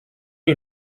you